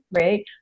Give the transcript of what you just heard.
right